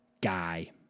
guy